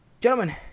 gentlemen